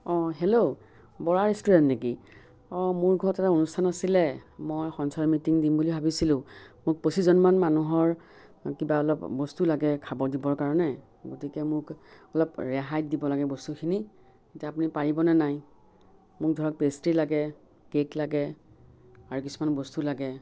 অঁ hello Bora restaurant নেকি অঁ মোৰ ঘৰত এটা অনুষ্ঠান আছিলে মই সঞ্চয়ৰ মিটিং দিম বুলি ভাবিছিলোঁ মোক পঁচিছজনমান মানুহৰ কিবা অলপ বস্তু লাগে খাব দিবৰ কাৰণে গতিকে মোক অলপ ৰেহাইত দিব লাগে বস্তুখিনি এতিয়া আপুনি পাৰিবনে নাই মোক ধৰক পেষ্ট্ৰী লাগে কেক লাগে আৰু কিছুমান বস্তু লাগে